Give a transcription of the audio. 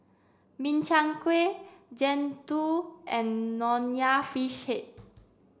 Min Chiang Kueh Jian Dui and Nonya Fish Head